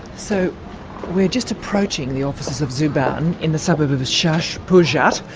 so we're just approaching the offices of zubaan in the suburb of shash pujat,